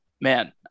man